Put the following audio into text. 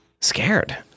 scared